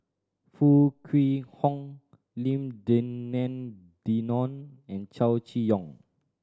Foo Kwee Horng Lim Denan Denon and Chow Chee Yong